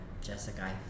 Jessica